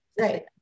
right